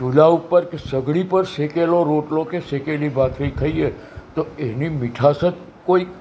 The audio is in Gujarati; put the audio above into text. ચૂલા ઉપર કે સગડી પર શેકેલો રોટલો કે શેકેલી ભાખરી ખાઈએ તો એની મીઠાશ જ કોઈક